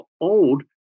old